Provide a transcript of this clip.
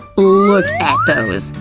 look at those!